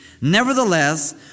Nevertheless